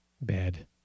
bad